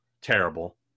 terrible